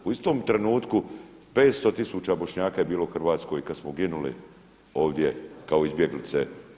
U istom trenutku 500 tisuća Bošnjaka je bilo u Hrvatskoj kad smo ginuli ovdje kao izbjeglice.